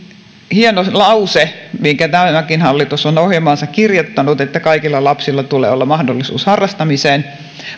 hieno lause minkä tämäkin hallitus on ohjelmaansa kirjoittanut että kaikilla lapsilla tulee olla mahdollisuus harrastamiseen